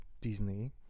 Disney